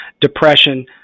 depression